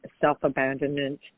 self-abandonment